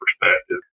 perspective